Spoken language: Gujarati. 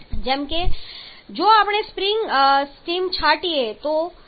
જેમ કે જો આપણે સ્પ્રિંગ સ્ટીમ છાંટીએ છીએ